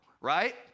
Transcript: right